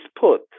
put